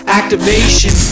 activation